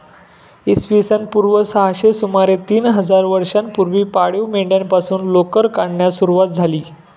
इसवी सन पूर्व सहाशे सुमारे तीन हजार वर्षांपूर्वी पाळीव मेंढ्यांपासून लोकर काढण्यास सुरवात झाली